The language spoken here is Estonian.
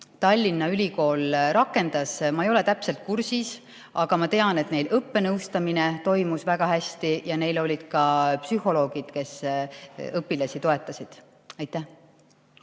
Tallinna Ülikool rakendas, ma ei ole täpselt kursis, aga ma tean, et neil õppenõustamine toimis väga hästi ja neil olid ka psühholoogid, kes õpilasi toetasid. Tarmo